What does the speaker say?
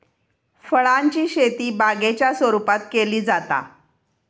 फळांची शेती बागेच्या स्वरुपात केली जाता